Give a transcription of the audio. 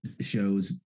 shows